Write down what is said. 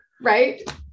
right